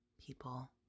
people